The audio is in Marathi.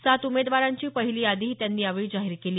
सात उमेदवारांची पहिली यादीही त्यांनी यावेळी जाहीर केली